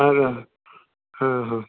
अच्छा हाँ हाँ